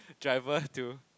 driver to